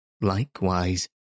Likewise